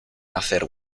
hacer